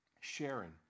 sharing